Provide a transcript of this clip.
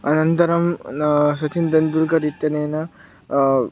अनन्तरं ना सचिन् तेन्दुल्कर् इत्यनेन